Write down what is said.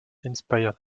inspired